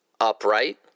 upright